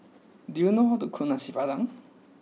do you know how to cook Nasi Padang